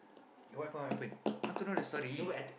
what happen what happen I want to know the story